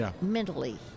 mentally